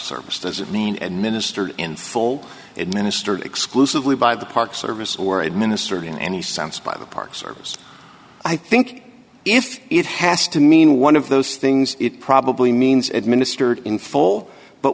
service doesn't mean and ministered in full administered exclusively by the park service or administered in any sense by the park service i think if it has to mean one of those things it probably means administered in full but